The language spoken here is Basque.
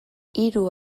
hiru